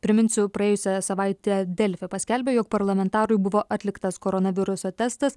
priminsiu praėjusią savaitę delfi paskelbė jog parlamentarui buvo atliktas koronaviruso testas